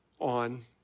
on